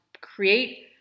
create